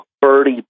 birdie